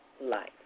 life